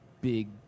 big